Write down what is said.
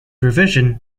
revision